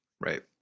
right